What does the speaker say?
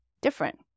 different